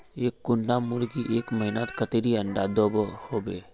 एक कुंडा मुर्गी एक महीनात कतेरी अंडा दो होबे?